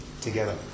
together